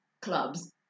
Clubs